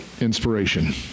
inspiration